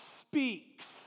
speaks